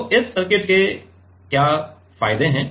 तो इस सर्किट के क्या फायदे हैं